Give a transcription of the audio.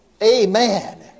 Amen